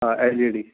ہاں L E D